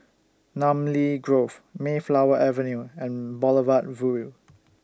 Namly Grove Mayflower Avenue and Boulevard Vue